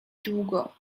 długo